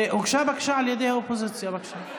הוגשה בקשה על ידי האופוזיציה, בבקשה.